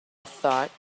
thought